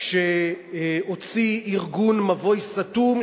שהוציא ארגון "מבוי סתום",